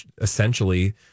essentially